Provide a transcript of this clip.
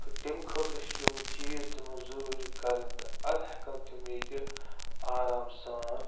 تہٕ تَمہٕ خٲطرٕ چھِ یِم چیٖز تِمن ضروٗری کَرٕنۍ تہٕ اَدٕ ہٮ۪کن تِم ییٚتہِ آرام سان